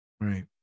Right